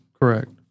Correct